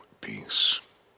peace